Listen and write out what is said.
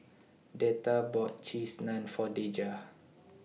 Deetta bought Cheese Naan For Dejah